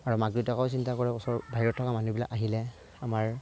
আৰু মাক দেউতাকেও চিন্তা কৰে ওচৰৰ বাহিৰত থকা মানুহবিলাক আহিলে আমাৰ